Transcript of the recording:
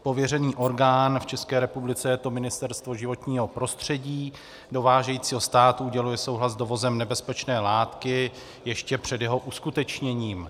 Pověřený orgán, v České republice je to Ministerstvo životního prostředí dovážejícího státu, uděluje souhlas s dovozem nebezpečné látky ještě před jeho uskutečněním.